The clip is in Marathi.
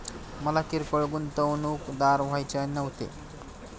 मला किरकोळ गुंतवणूकदार व्हायचे नव्हते